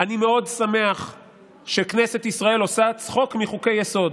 אני מאוד שמח שכנסת ישראל עושה צחוק מחוקי-יסוד,